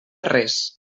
res